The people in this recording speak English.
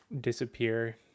disappear